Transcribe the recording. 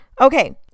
Okay